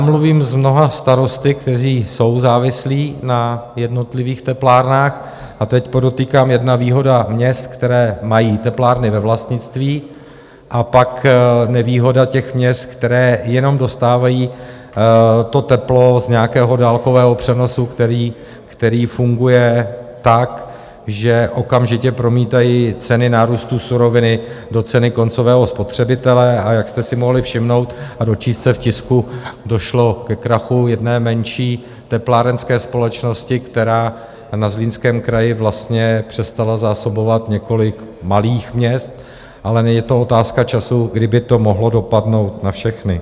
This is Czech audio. Mluvím s mnoha starosty, kteří jsou závislí na jednotlivých teplárnách, a teď podotýkám, jedna výhoda měst, která mají teplárny ve vlastnictví, a pak nevýhoda měst, která jenom dostávají teplo z nějakého dálkového přenosu, který funguje tak, že okamžitě promítají ceny nárůstu suroviny do ceny koncového spotřebitele, a jak jste si mohli všimnout a dočíst se v tisku, došlo ke krachu jedné menší teplárenské společnosti, která ve Zlínském kraji přestala zásobovat několik malých měst, ale je to jen otázka času, kdy by to mohlo dopadnout na všechny.